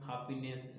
happiness